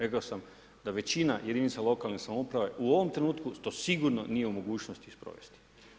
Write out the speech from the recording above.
Rekao sam da većina jedinica lokalne samouprave u ovom trenutku to sigurno nije u mogućnosti sprovesti.